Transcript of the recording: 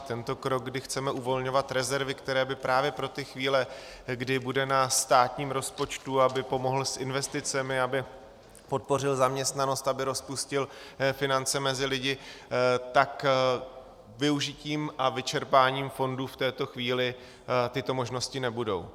Tento krok, kdy chceme uvolňovat rezervy, které by právě pro ty chvíle, kdy bude na státním rozpočtu, aby pomohl s investicemi, aby podpořil zaměstnanost, aby rozpustil finance mezi lidi, tak využitím a vyčerpáním fondu v tuto chvíli tyto možnosti nebudou.